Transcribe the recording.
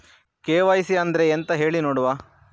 KYC ಅಂದ್ರೆ ಎಂತ ಹೇಳಿ ನೋಡುವ?